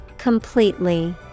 Completely